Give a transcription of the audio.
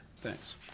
Thanks